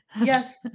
yes